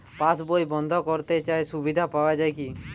পাশ বই বন্দ করতে চাই সুবিধা পাওয়া যায় কি?